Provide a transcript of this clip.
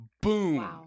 boom